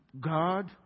God